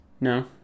No